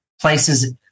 places